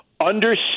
understand